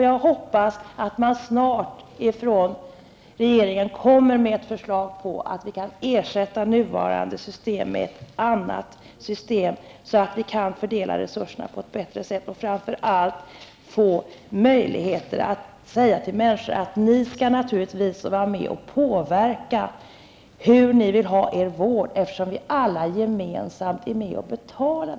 Jag hoppas att regeringen snart kommer med ett förslag om att ersätta nuvarande system med ett annat system, så att resurserna kan fördelas på ett bättre sätt och framför allt att det blir möjligt att säga till människor att de naturligtvis skall vara med och påverka hur de vill ha sin vård, eftersom vi alla gemensamt är med och betalar.